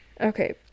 Okay